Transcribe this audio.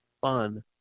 fun